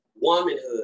womanhood